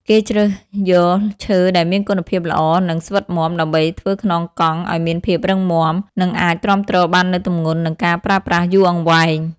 គេជ្រើសយកឈើដែលមានគុណភាពល្អ និងស្វិតមាំ ដើម្បីធ្វើខ្នងកង់ ឲ្យមានភាពរឹងមាំ និងអាចទ្រាំទ្របាននូវទម្ងន់និងការប្រើប្រាស់យូរអង្វែង។